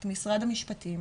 את משרד המשפטים,